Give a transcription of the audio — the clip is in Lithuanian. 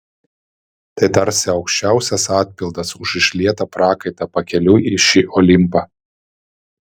tai tarsi aukščiausias atpildas už išlietą prakaitą pakeliui į šį olimpą